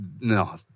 No